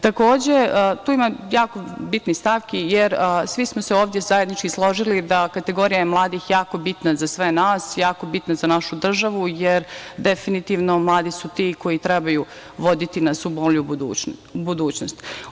Takođe, tu ima jako bitnih stavki jer svi smo se ovde zajednički složili da kategorija mladih je jako bitna za sve nas, jako bitna za našu državu jer definitivno mladi su ti koji treba da nas vode u bolju budućnost.